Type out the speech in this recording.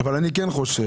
אבל אני כן חושב,